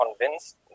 convinced